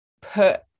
put